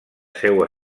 seua